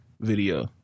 video